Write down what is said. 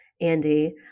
Andy